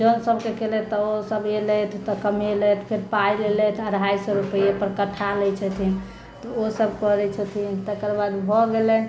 जन सबके केलथि तऽ ओसब एलथि तऽ कमेलथि फेर पाय लेलथि अढ़ाइ सए रूपआ पर कठ्ठा लै छथिन तऽ ओसब करैत छथिन तकर बाद भए गेलनि